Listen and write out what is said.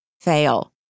fail